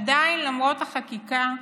עדיין, למרות החקיקה,